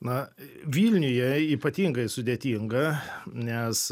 na vilniuje ypatingai sudėtinga nes